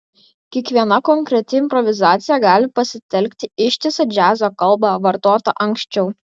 kiekviena konkreti improvizacija gali pasitelkti ištisą džiazo kalbą vartotą anksčiau